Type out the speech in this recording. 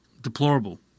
deplorable